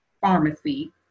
pharmacy